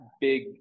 big